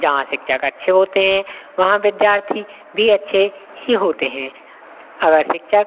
जहाँ शिक्षक अच्छे होते हैं वहाँ विद्यार्थी भी अच्छे ही होते हैं अगर शिक्षक